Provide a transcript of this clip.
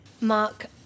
Mark